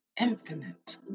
infinite